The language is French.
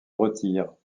retirent